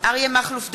אריה מכלוף דרעי,